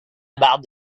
بعض